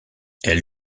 elle